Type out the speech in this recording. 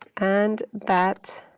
and that